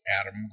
Adam